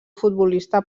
futbolista